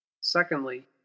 Secondly